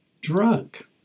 drunk